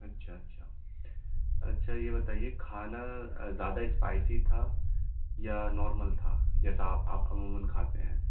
اچھا اچھا اچھا یہ بتائیے کھانا زیادہ اسپائسی تھا یا نارمل تھا جیسا آپ آپ عمومآٓ کھاتے ہیں